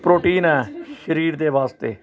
protein ਹੈ ਸਰੀਰ ਦੇ ਵਾਸਤੇ